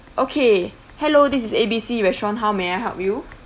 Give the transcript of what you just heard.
okay hello this is A_B_C restaurant how may I help you